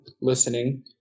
listening